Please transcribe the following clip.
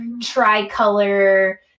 tri-color